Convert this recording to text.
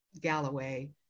Galloway